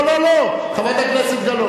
חבר הכנסת הורוביץ, לא, לא, לא, חברת הכנסת גלאון.